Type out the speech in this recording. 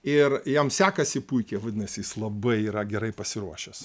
ir jam sekasi puikiai vadinasi jis labai yra gerai pasiruošęs